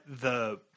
the-